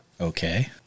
Okay